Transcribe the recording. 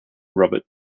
robert